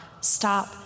stop